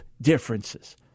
differences